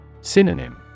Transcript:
Synonym